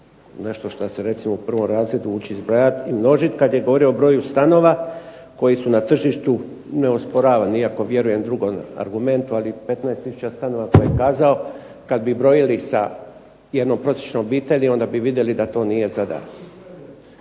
nešto što se u prvom razredu uči zbrajati i množiti, kada je govorio o broju stanova, koji su na tržištu, ne osporavam ni ako vjerujem drugom argumentu, 15 tisuća stanova koje je kazao, kada bi brojili sa jednom prosječnom obitelji onda bi vidjeli da to nije …